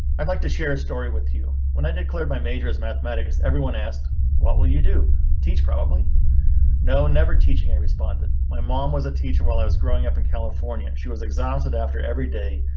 i would like to share a story with you. when i declared my major as mathematics, everyone asked what will you do? teach. probably no. never teaching. i responded. my mom was a teacher while i was growing up in california. she was exhausted after every day.